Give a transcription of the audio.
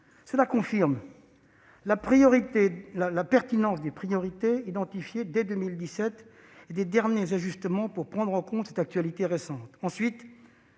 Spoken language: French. Cela confirme la pertinence des priorités identifiées dès 2017 ainsi que des derniers ajustements destinés à prendre en compte l'actualité récente.